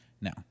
now